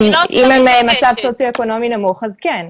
אם הן במצב סוציו אקונומי נמוך, הן כן.